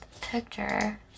picture